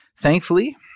Thankfully